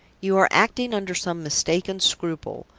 you are acting under some mistaken scruple.